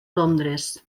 londres